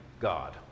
God